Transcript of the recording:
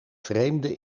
vreemde